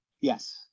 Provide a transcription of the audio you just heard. Yes